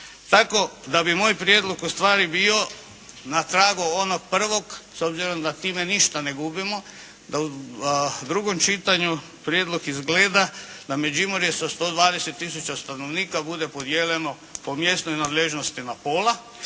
Tako da bi moj prijedlog ustvari bio na tragu onog prvog s obzirom da time ništa ne gubimo. U drugom čitanju prijedlog izgleda, na Međimurje sa 120 tisuća stanovnika bude podijeljeno po mjesnoj nadležnosti na pola